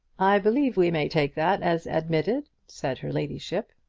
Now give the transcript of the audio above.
i believe we may take that as admitted? said her ladyship.